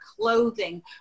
clothing